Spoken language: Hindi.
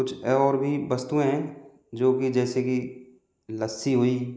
कुछ और भी वस्तुएं हैं जो कि जैसे की लस्सी हुई